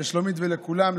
לשלומית ולכולם,